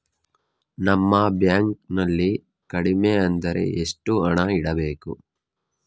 ನಮ್ಮ ಬ್ಯಾಂಕ್ ನಲ್ಲಿ ಕಡಿಮೆ ಅಂದ್ರೆ ಎಷ್ಟು ಹಣ ಇಡಬೇಕು?